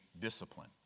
discipline